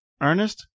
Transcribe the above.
Ernest